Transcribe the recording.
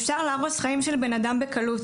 אפשר להרוס חיים של בן אדם בקלות.